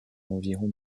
environ